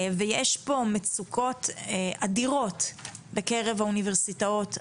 ויש פה מצוקות אדירות בקרב האוניברסיטאות,